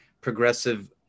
progressive